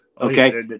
okay